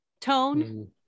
tone